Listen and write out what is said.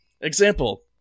Example